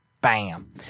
bam